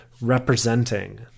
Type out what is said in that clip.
representing